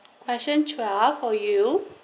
question twelve for you